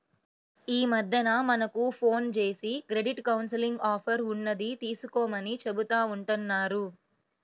యీ మద్దెన మనకు ఫోన్ జేసి క్రెడిట్ కౌన్సిలింగ్ ఆఫర్ ఉన్నది తీసుకోమని చెబుతా ఉంటన్నారు